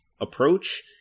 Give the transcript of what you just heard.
approach